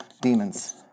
demons